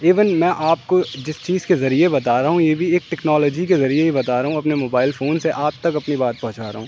even میں آپ کو جس چیز کے ذریعہ بتا رہا ہوں یہ بھی ایک ٹیکنالوجی کے ذریعے ہی بتا رہا ہوں اپنے موبائل فون سے آپ تک اپنی بات پہنچا رہا ہوں